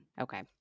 okay